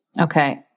Okay